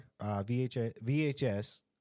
VHS